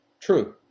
True